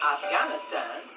Afghanistan